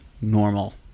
normal